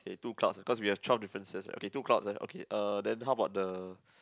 okay two clouds cause we have twelve differences okay two clouds ah okay uh then how about the